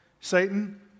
Satan